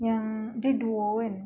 yang dia duo kan